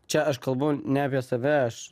čia aš kalbu ne apie save aš